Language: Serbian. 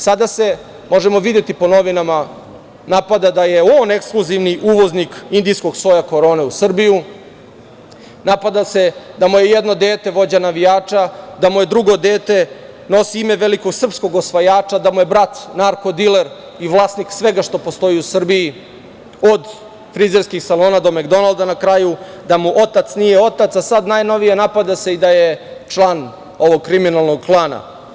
Sada možemo videti po novinama, da napada da je on ekskluzivni uvoznik indijskog soja korone u Srbiju, napada se da mu je jedno vođa navijača, da mu drugo dete nosi ime velikog srpskog osvajača, da mu je brat narko diler i vlasnik svega što postoji u Srbiji, od frizerskog salona do Mekdonalda, da mu otac nije otac, a sada najnovije, napada se i da je član ovog kriminalnog klana.